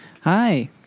Hi